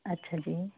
ਅੱਛਾ ਜੀ